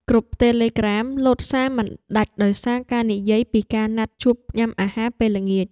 គ្រុបតេឡេក្រាម លោតសារមិនដាច់ដោយសារការនិយាយពីការណាត់ជួបញ៉ាំអាហារពេលល្ងាច។